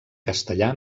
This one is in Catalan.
castellà